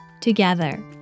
together